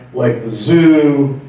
like the zoo,